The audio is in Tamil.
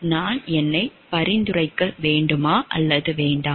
நான் என்னைப் பரிந்துரைக்க வேண்டுமா அல்லது வேண்டாமா